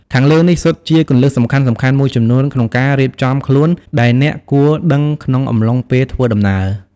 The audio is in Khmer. ខាងលើនេះ សុទ្ធជាគន្លឹះសំខាន់ៗមួយចំនួនក្នុងការរៀបចំខ្លួន ដែលអ្នកគួរដឹងក្នុងអំឡុងពេលធ្វើដំណើរ។